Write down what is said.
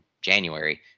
january